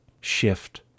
shift